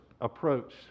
approach